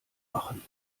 machen